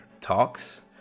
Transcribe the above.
talks